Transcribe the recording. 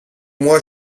moi